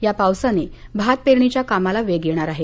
या पावसाने भात पेरणीच्या कामाला वेग येणार आहे